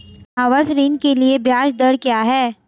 आवास ऋण के लिए ब्याज दर क्या हैं?